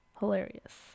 hilarious